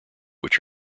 which